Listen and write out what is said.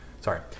Sorry